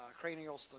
cranial